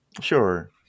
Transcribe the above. Sure